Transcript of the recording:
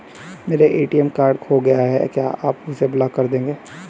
मेरा ATM card खो गया है क्या आप उसे ब्लॉक कर देंगे?